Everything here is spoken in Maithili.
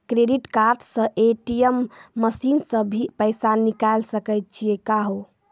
क्रेडिट कार्ड से ए.टी.एम मसीन से भी पैसा निकल सकै छि का हो?